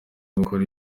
gukora